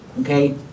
Okay